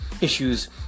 issues